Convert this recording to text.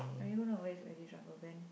are you gonna always wear this rubber band